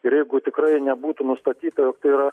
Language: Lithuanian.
ir jeigu tikrai nebūtų nustatyta jog tai yra